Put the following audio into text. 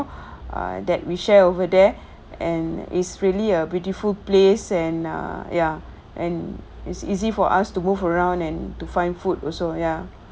err that we share over there and is really a beautiful place and err ya and it's easy for us to move around and to find food also ya